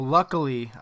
luckily